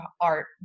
art